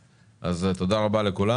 תודה רבה לכולם.